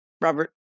Robert